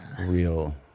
real